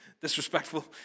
disrespectful